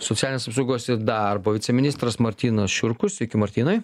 socialinės apsaugos ir darbo viceministras martynas šiurkus sveiki martynai